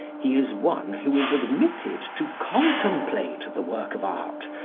he is one who is admitted to contemplate the work of art,